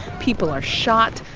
people are shot,